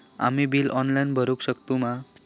आम्ही bill online भरुक शकतू मा?